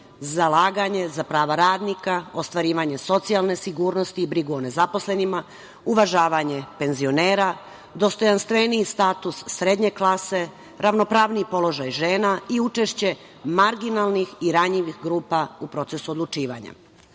zalaganje za prava radnika, ostvarivanje socijalne sigurnosti i brigu o nezaposlenima, uvažavanje penzionera, dostojanstveniji status srednje klase, ravnopravniji položaj žena i učešće marginalnih i ranjivih grupa u procesu odlučivanja. Mi,